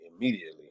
immediately